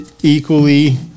equally